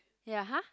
ya !huh!